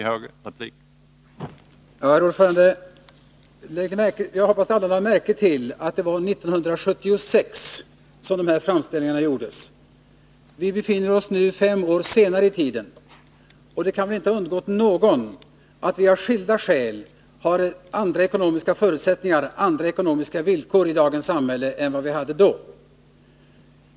Herr talman! Jag hoppas att alla lade märke till att det var 1976 som dessa framställningar gjordes. Vi befinner oss nu fem år senare i tiden, och det kan väl inte ha undgått någon att vi av skilda skäl har andra ekonomiska förutsättningar och villkor i dagens samhälle än vad vi hade då.